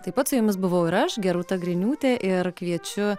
taip pat su jumis buvau ir aš gerūta griniūtė ir kviečiu